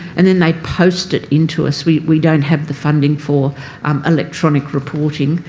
and then they post it into us. we don't have the funding for um electronic reporting.